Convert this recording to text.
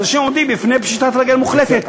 ואנשים עומדים בפני פשיטת רגל מוחלטת,